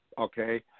okay